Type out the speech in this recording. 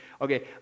Okay